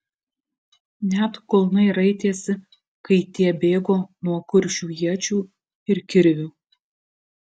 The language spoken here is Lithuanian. net kulnai raitėsi kai tie bėgo nuo kuršių iečių ir kirvių